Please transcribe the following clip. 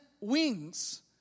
wings